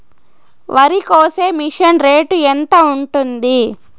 వరికోసే machine rate ఎంత ఉంటుంది?